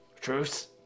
Truce